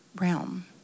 realm